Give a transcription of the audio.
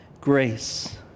grace